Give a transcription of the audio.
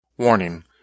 Warning